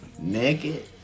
Naked